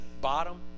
bottom